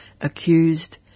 accused